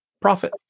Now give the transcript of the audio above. Profit